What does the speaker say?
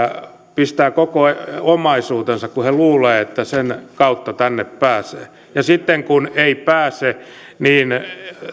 pistävät koko omaisuutensa kun he luulevat että sen kautta tänne pääsee ja sitten kun ei pääse niin